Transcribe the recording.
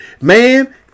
Man